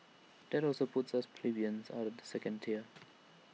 that also puts us plebeians out of the second tier